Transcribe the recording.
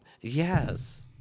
Yes